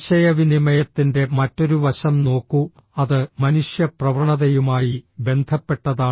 ആശയവിനിമയത്തിൻറെ മറ്റൊരു വശം നോക്കൂ അത് മനുഷ്യപ്രവണതയുമായി ബന്ധപ്പെട്ടതാണ്